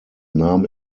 nahm